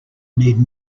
need